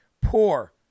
Poor